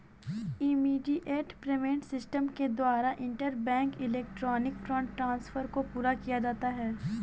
immediate payment system के द्वारा interbank electronic fund transfer को पूरा किया जाता है